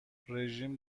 رژیم